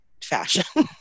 fashion